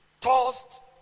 Tossed